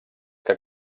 que